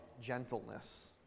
gentleness